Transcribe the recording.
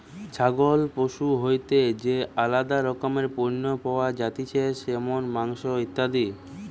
ছাগল পশু হইতে যে আলাদা রকমের পণ্য পাওয়া যাতিছে যেমন মাংস, ইত্যাদি